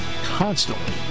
constantly